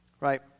Right